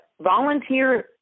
volunteer